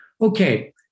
Okay